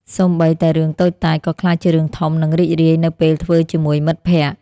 សូម្បីតែរឿងតូចតាច ក៏ក្លាយជារឿងធំ និងរីករាយនៅពេលធ្វើជាមួយមិត្តភក្តិ។